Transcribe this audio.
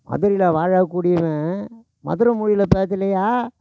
மதுரையில் வாழக்கூடியவன் மதுர மொழியில் பேசலையா